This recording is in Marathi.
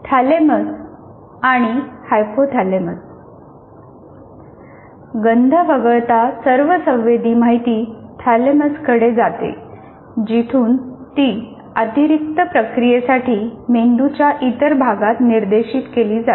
थॅलेमस आणि हायपोथालेमसः गंध वगळता सर्व संवेदी माहिती थॅलेमसकडे जाते जिथून ती अतिरिक्त प्रक्रियेसाठी मेंदूच्या इतर भागात निर्देशित केले जाते